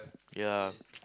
yeah